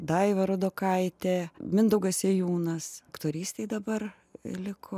daiva rudokaitė mindaugas sėjūnas aktorystėj dabar liko